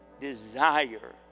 desire